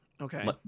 Okay